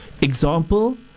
Example